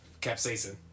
capsaicin